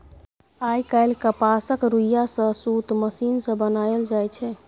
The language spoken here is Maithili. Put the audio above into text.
आइ काल्हि कपासक रुइया सँ सुत मशीन सँ बनाएल जाइ छै